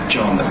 John